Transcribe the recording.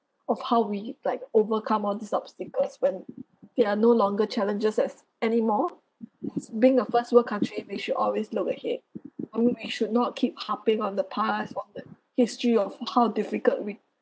of how we like overcome all these obstacles when there are no longer challenges as anymore as being a first world country we should always look ahead I mean we should not keep harping on the past or the history of how difficult we